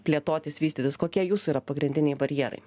plėtotis vystytis kokie jūsų yra pagrindiniai barjerai